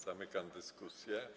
Zamykam dyskusję.